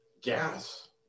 gas